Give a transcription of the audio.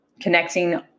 Connecting